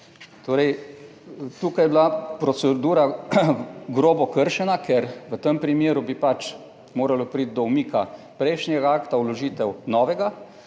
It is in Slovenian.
Torej tukaj je bila procedura grobo kršena, ker v tem primeru bi pač moralo priti do umika prejšnjega akta, vložitev novega,